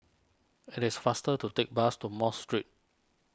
it is faster to take bus to Mosque Street